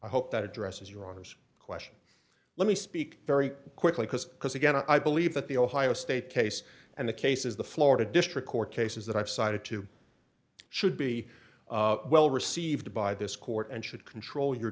i hope that addresses your honour's question let me speak very quickly because because again i believe that the ohio state case and the cases the florida district court cases that i've cited to should be well received by this court and should control your